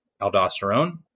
aldosterone